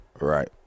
Right